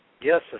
Yes